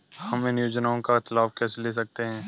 हम इन योजनाओं का लाभ कैसे ले सकते हैं?